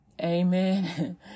Amen